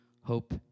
hope